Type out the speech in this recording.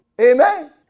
Amen